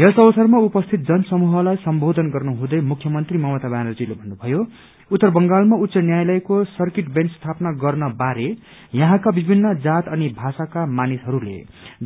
यस अवसरमा उपस्थित जनसमूहलाई सम्बोधन गर्नुहुँदै मुख्यमन्त्री ममता ब्यानर्जीले भन्नुभयो उत्तर बंगालमा उच्च न्यायालयको सर्किट बेन्च स्थापना गर्ने बारे यहाँका विभिन्न जात अनि भाषाका मानिसहरूले